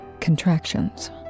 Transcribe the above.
contractions